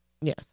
Yes